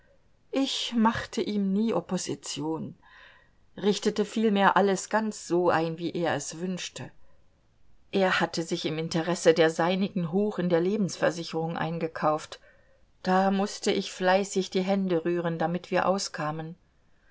ich machte ihm nie opposition richtete vielmehr alles ganz so ein wie er es wünschte er hatte sich im interesse der seinigen hoch in der lebensversicherung eingekauft da mußte ich fleißig die hände rühren damit wir auskamen